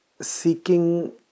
seeking